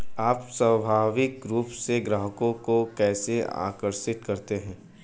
आप स्वाभाविक रूप से ग्राहकों को कैसे आकर्षित करते हैं?